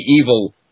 evil